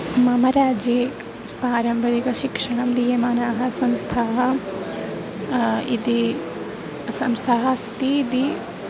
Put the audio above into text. मम राज्ये पारम्परिकशिक्षणं दीयमानाः संस्थाः इति संस्थाः अस्ति इति